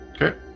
Okay